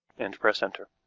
and press enter.